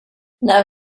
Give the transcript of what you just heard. now